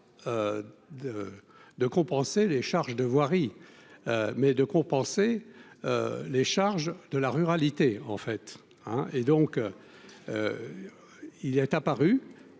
de compenser les charges de voirie mais de compenser les charges de la ruralité en fête, hein, et donc il est apparu